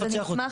אז אני אשמח,